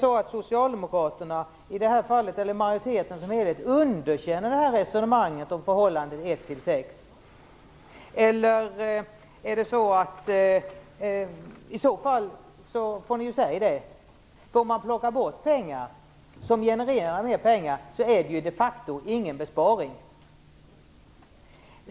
Om socialdemkraterna eller majoriteten underkänner resonemanget om förhållandet 1:6 får de säga det, men om man plockar bort pengar som genererar mer pengar är det de facto ingen besparing.